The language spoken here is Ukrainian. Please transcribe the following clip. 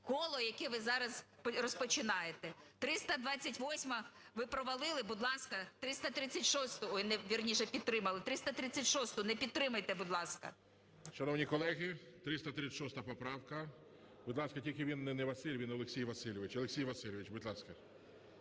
коло, яке ви зараз розпочинаєте. 328-а ви провалили. Будь ласка, 336-у… Вірніше, підтримали. 336-у не підтримайте, будь ласка. ГОЛОВУЮЧИЙ. Шановні колеги, 336 поправка. Будь ласка, тільки він не Василь, він Олексій Васильович. Олексій Васильович, будь ласка.